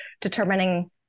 determining